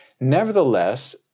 Nevertheless